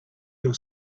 your